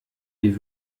die